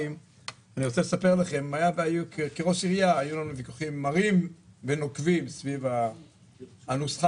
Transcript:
אני לא מכיר מצב שבו מביאים בסוף לתוצאה